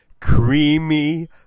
creamy